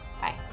Bye